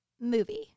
Movie